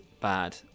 bad